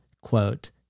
quote